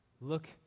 Look